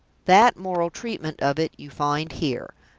that moral treatment of it you find here.